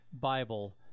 Bible